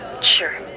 sure